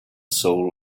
soul